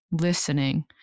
listening